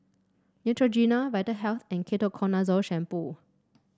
Neutrogena Vitahealth and Ketoconazole Shampoo